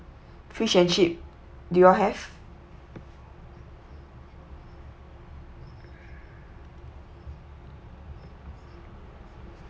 fish and chip do you all have